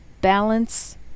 balance